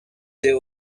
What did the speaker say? there